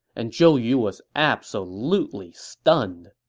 and zhou yu was absolutely stunned.